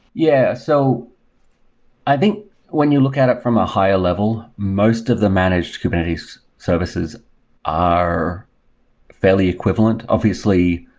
yeah. so i think when you look at it from a higher level, most of the managed kubernetes services are fairly equivalent. obviously,